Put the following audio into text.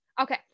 okay